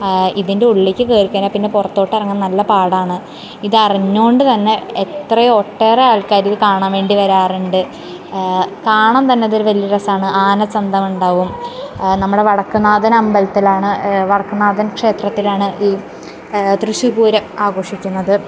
ഇതിൻ്റെ ഉള്ളിലേക്ക് കയറി കഴിഞ്ഞാൽ പിന്നെ പുറത്തോട്ട് ഇറങ്ങാൻ നല്ല പാടാണ് ഇത് അറിഞ്ഞുകൊണ്ട് തന്നെ എത്രയോ ഒട്ടേറെ ആൾക്കാരിത് കാണാൻ വേണ്ടി വരാറുണ്ട് കാണാൻ തന്നെ അത് വലിയ രസമാണ് ആനചന്തം ഉണ്ടാകും നമ്മുടെ വടക്കുംനാഥൻ അമ്പലത്തിലാണ് വടക്കുംനാഥൻ ക്ഷേത്രത്തിലാണ് ഈ തൃശ്ശൂർ പൂരം ആഘോഷിക്കുന്നത്